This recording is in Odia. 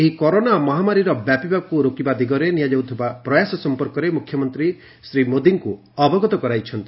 ଏହି ମହାମାରୀର ବ୍ୟାପିବାକୁ ରୋକିବା ଦିଗରେ ନିଆଯାଉଥିବା ପ୍ରୟାସ ସମ୍ପର୍କରେ ମୁଖ୍ୟମନ୍ତ୍ରୀ ଶ୍ରୀମୋଦୀଙ୍କୁ ଅବଗତ କରାଇଛନ୍ତି